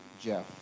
Jeff